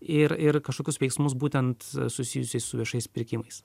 ir ir kažkokius veiksmus būtent susijusiais su viešais pirkimais